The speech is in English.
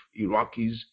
Iraqis